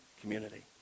community